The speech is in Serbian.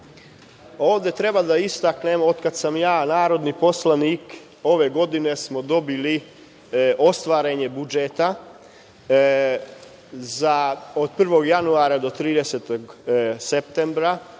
treba da istaknemo, od kada sam ja narodni poslanik, ove godine smo dobili ostvarenje budžeta, od 1. januara do 30. septembra